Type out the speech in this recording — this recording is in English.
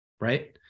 right